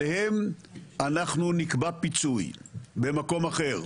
עליהם אנחנו נקבע פיצוי במקום אחר,